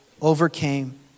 overcame